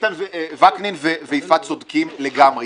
וקנין ויפעת צודקים לגמרי,